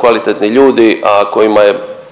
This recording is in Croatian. kvalitetni ljudi a kojima je